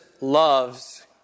loves